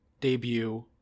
debut